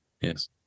Yes